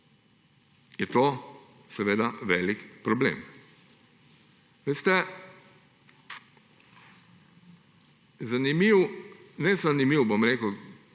je to seveda velik problem. Veste, zanimiv, ne zanimiv, bom rekel,